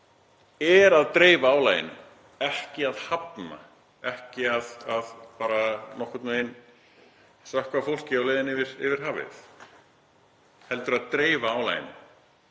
er að dreifa álaginu, ekki að hafna, ekki bara nokkurn veginn að sökkva fólki á leiðinni yfir hafið heldur dreifa álaginu